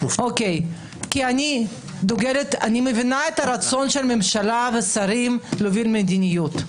אני מבינה את הרצון של הממשלה והשרים להוביל מדיניות,